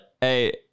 Hey